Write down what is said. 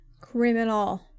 Criminal